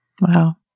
Wow